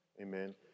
Amen